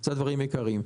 אלה הדברים העיקריים.